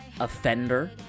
offender